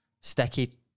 Sticky